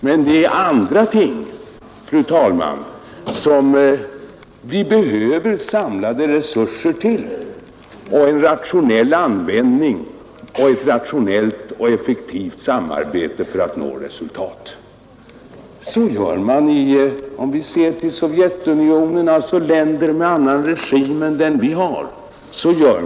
Men det är andra ting som vi behöver samlade resurser till och en rationell användning, ett rationellt och effektivt samarbete för att nå resultat. Så gör man också i länder med annan regim än vad vi har. Så gör man i Sovjetunionen och så gör man i Kina.